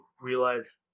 realize